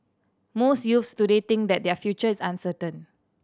most youths today think that their future is uncertain